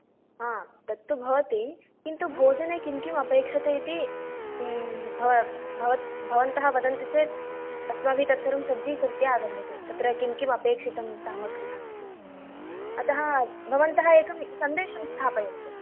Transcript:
हा तत्तु भवति किन्तु भोजने किं किं अपेक्षते इति भ भव भवन्तः वदन्ति चेत् अस्माभि तत्सर्वं सज्जीकृत्य आगम्यते तत्र किं किं अपेक्षितं सामग्र्यः इति अतः भवन्तः एकं सन्देशं स्थापयन्तु